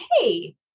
hey